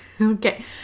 Okay